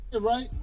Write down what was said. Right